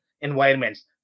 environments